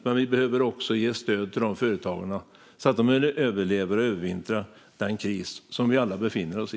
Men vi behöver också ge stöd till företagarna, så att de överlever och övervintrar den kris som vi alla just nu befinner oss i.